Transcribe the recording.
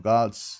God's